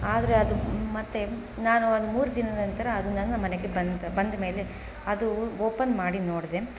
ಆದರೆ ಅದು ಮತ್ತು ನಾನು ಒಂದು ಮೂರು ದಿನದ ನಂತರ ಅದು ನನ್ನ ಮನೆಗೆ ಬಂತು ಬಂದಮೇಲೆ ಅದು ಓಪನ್ ಮಾಡಿ ನೋಡಿದೆ